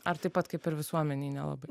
ar taip pat kaip ir visuomenei nelabai